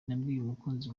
umukunzi